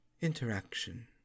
interaction